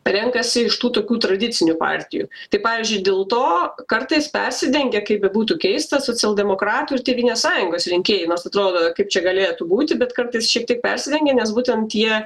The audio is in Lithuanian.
renkasi iš tų tokių tradicinių partijų tai pavyzdžiui dėl to kartais persidengia kaip bebūtų keista socialdemokratų ir tėvynės sąjungos rinkėjai nors atrodo kaip čia galėtų būti bet kartais šiek tiek persidengia nes būtent jie